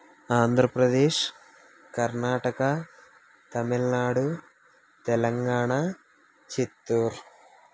Andhra Pradesh Karnataka Tamil Nadu Telangana Chittoor